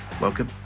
Welcome